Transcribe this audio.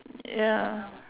ya